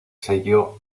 sello